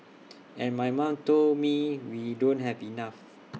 and my mom told me we don't have enough